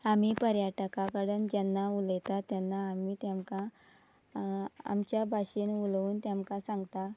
आमी पर्यटका कडेन जेन्ना उलयतात तेन्ना आमी तांकां आमच्या भाशेन उलोवन तांकां सांगता